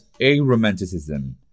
aromanticism